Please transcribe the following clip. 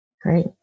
Great